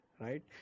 right